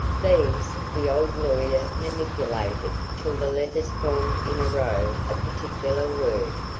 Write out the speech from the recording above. these the old lawyer manipulated till the letters formed in a row a particular word,